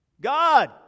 God